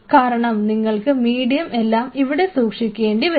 കാരണം നിങ്ങൾക്ക് മീഡിയം എല്ലാം ഇവിടെ സൂക്ഷിക്കേണ്ടി വരും